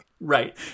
Right